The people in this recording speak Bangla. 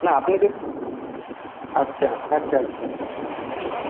না আপনি হুম আচ্ছা আচ্ছা আচ্ছা হুম